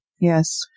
Yes